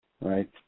Right